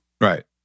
Right